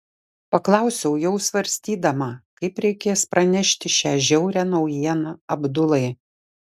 paklausiau jau svarstydama kaip reikės pranešti šią žiaurią naujieną abdulai